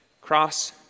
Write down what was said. cross